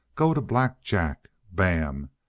go to black jack. bam!